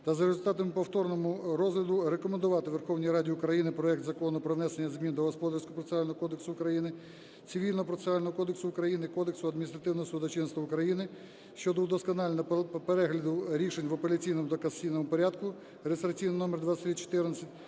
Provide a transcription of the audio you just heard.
та за результатами повторного розгляду рекомендувати Верховній Раді України проект Закону про внесення змін до Господарського процесуального кодексу України, Цивільного процесуального кодексу України, Кодексу адміністративного судочинства України щодо удосконаленого перегляду рішень в апеляційному та касаційному порядку (реєстраційний номер 2314),